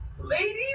ladies